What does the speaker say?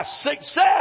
success